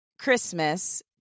Christmas